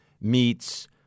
meets